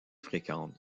fréquente